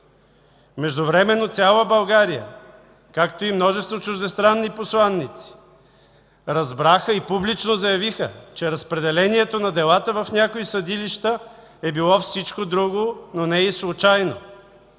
Междувременно цяла България, както и множество чуждестранни посланици разбраха и публично заявиха, че разпределението на делата в някои съдилища е било всичко друго, но не и случайно.